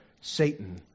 Satan